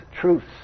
truths